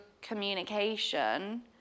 communication